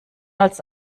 als